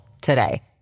today